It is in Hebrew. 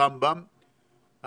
רמב"ם,